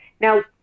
Now